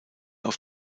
auf